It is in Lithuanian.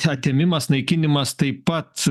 atėmimas naikinimas taip pat